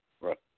Right